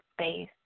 space